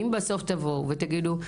אם בסוף תבואו ותגידו,